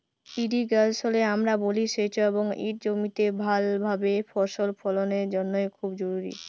ইরিগেশলে আমরা বলি সেঁচ এবং ইট জমিতে ভালভাবে ফসল ফললের জ্যনহে খুব জরুরি